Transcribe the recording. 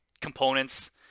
components